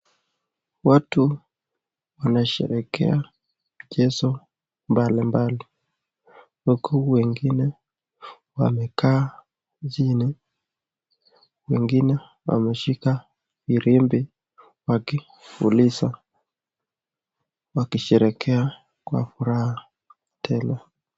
Watu wanasherehekea jinsi mbali mbali huku wengine wamekaa chini wengine wameshika firimbi wakipuliza wakisherehekea kwa furaha tele.